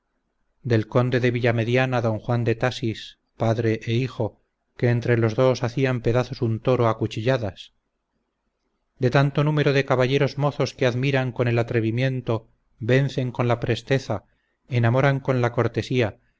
del conde de villamediana don juan de tasis padre e hijo que entre los dos hacían pedazos un toro a cuchilladas de tanto número de caballeros mozos que admiran con el atrevimiento vencen con la presteza enamoran con la cortesía